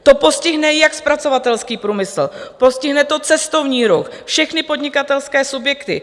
To postihne jak zpracovatelský průmysl, postihne to cestovní ruch, všechny podnikatelské subjekty.